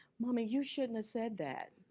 mommy, you shouldn't have said that.